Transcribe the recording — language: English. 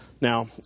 Now